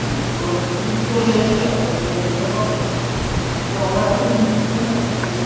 ᱦᱳᱭ ᱴᱷᱤᱠ ᱜᱮᱭᱟ ᱛᱮᱦᱮᱧ ᱫᱚ ᱟᱨ ᱚᱱᱮ ᱚᱱᱠᱟ ᱢᱟ ᱚᱱᱟ ᱠᱷᱟᱹᱛᱤᱨ ᱥᱮᱱᱚᱜ ᱜᱮᱭᱟ